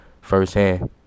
firsthand